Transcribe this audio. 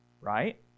right